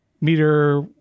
meter